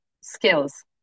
Skills